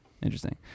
Interesting